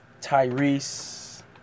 Tyrese